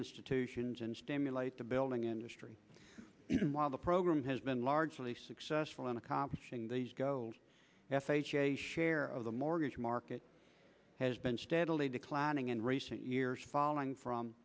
institutions and stimulate the building industry while the program has been largely successful in accomplishing these goals f h a share of the mortgage market has been steadily declining in recent years falling from